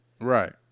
right